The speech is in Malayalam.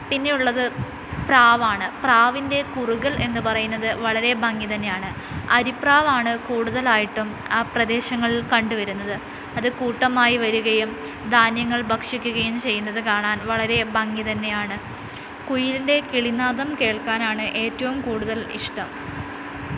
പിന്നെയുള്ളത് പ്രാവാണ് പ്രാവിൻ്റെ കുറുകൽ എന്നു പറയുന്നത് വളരെ ഭംഗി തന്നെയാണ് അരിപ്രാവാണ് കുടുതലായിട്ടും ആ പ്രദേശങ്ങളിൽ കണ്ടുവരുന്നത് അത് കൂട്ടമായി വരികയും ധാന്യങ്ങൾ ഭക്ഷിക്കുകയും ചെയ്യുന്നത് കാണാൻ വളരെ ഭംഗിയാണ് കുയിലിൻ്റെ കിളിനാദം കേൾക്കാനാണ് ഏറ്റവും കൂടുതൽ ഇഷ്ടം